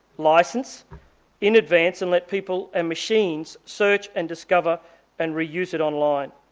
licence in advance and let people and machines search and discover and reuse it online.